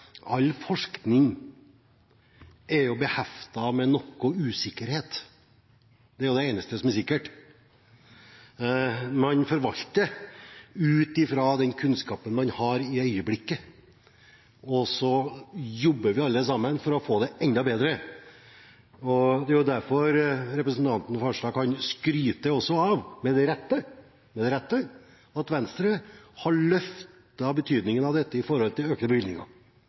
all forskning er jo beheftet med noe usikkerhet – det er det eneste som er sikkert. Man forvalter ut fra den kunnskapen man har i øyeblikket, og så jobber vi alle for å få det enda bedre. Det er også derfor representanten Farstad kan skryte av, med rette, at Venstre har løftet betydningen av dette gjennom økte bevilgninger.